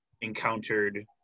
encountered